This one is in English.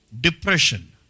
Depression